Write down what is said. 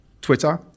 Twitter